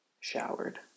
showered